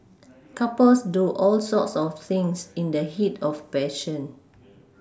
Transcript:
couples do all sorts of things in the heat of passion